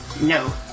No